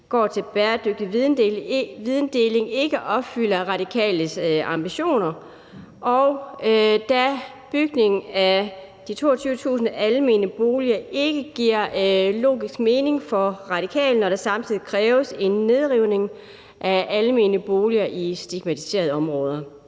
går til bæredygtig videndeling, ikke opfylder Radikales ambitioner, og da bygningen af de 22.000 almene boliger ikke giver logisk mening for Radikale, når der samtidig kræves en nedrivning af almene boliger i stigmatiserede områder.